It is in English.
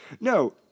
no